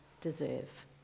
deserve